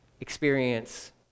experience